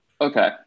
Okay